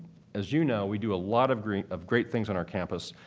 as you know, we do a lot of great of great things on our campus.